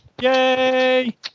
Yay